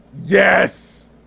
Yes